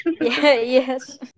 yes